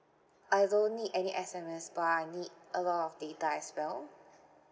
I don't need any S_M_S but I need a lot of data as well